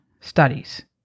studies